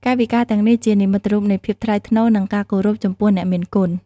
កាយវិការទាំងនេះជា និមិត្តរូបនៃភាពថ្លៃថ្នូរ និងការគោរពចំពោះអ្នកមានគុណ។